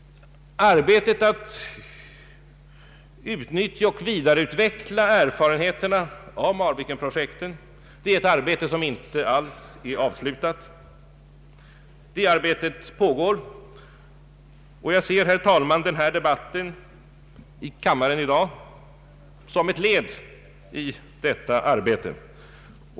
Arbetet med att utnyttja och vidareutveckla erfarenheterna av Marvikenprojektet är inte alls avslutat, utan det pågår. Jag ser, herr talman, denna debatt i kammaren i dag som ett led i detta arbete.